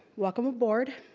welcome aboard.